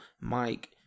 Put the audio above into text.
Mike